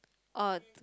oh